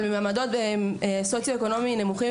אבל ממעמדות סוציו-אקונומי נמוכים,